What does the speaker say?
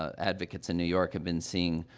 advocates in new york have been seeing,